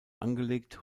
angelegt